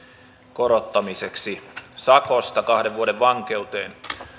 korottamiseksi sakosta kahden vuoden vankeuteen